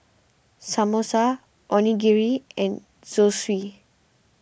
Samosa Onigiri and Zosui